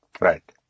Right